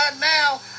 now